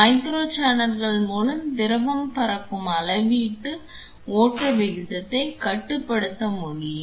micro சேனல்கள் மூலம் திரவம் பறக்கும் அளவீட்டு ஓட்ட விகிதத்தை கட்டுப்படுத்த முடியும்